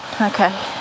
Okay